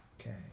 okay